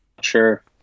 sure